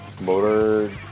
motor